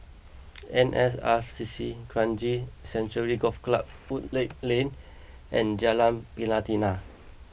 N S R C C Kranji Sanctuary Golf Club Woodleigh Lane and Jalan Pelatina